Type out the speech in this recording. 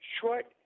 short